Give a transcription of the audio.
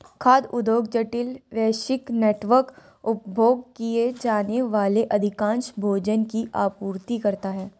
खाद्य उद्योग जटिल, वैश्विक नेटवर्क, उपभोग किए जाने वाले अधिकांश भोजन की आपूर्ति करता है